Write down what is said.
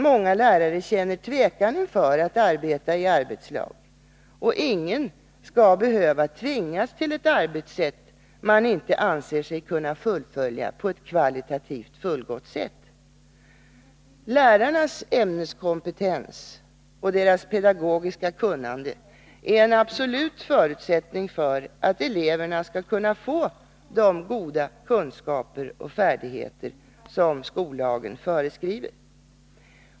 Många lärare känner tvekan inför att arbeta i arbetslag, och ingen skall behöva tvingas till ett arbetssätt man inte anser sig kunna fullfölja på ett kvalitativt fullgott sätt. Lärarnas ämneskompetens och pedagogiska kunnande är en absolut förutsättning för att eleverna skall kunna få de goda kunskaper och färdigheter som skollagen föreskriver.